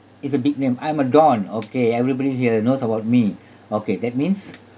it's a big name I'm a don okay everybody here knows about me okay that means